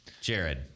Jared